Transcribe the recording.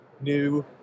new